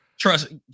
Trust